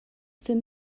then